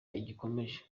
igikomeje